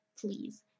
please